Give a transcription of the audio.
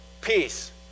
peace